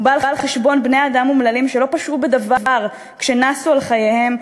הוא בא על חשבון בני-אדם אומללים שלא פשעו בדבר כשנסו על חייהם,